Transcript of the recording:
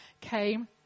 came